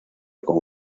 con